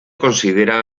considera